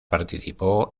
participó